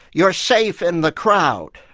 you're safe in the crowd.